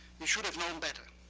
we should have known better.